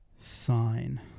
Sign